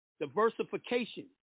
Diversification